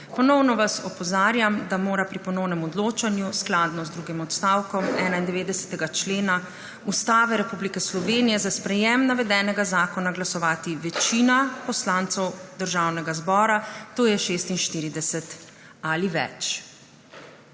Ponovno vas opozarjam, da mora pri ponovnem odločanju skladno z drugim odstavkom 91. člena Ustave Republike Slovenije za sprejetje navedenega zakona glasovati večina poslancev Državnega zbora, to je 46 ali več.